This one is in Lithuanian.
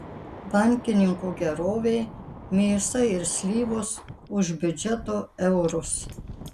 bankininkų gerovei mėsa ir slyvos už biudžeto eurus